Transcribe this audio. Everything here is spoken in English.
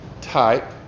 type